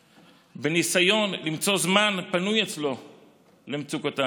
בניסיון למצוא זמן פנוי אצלו למצוקותיי.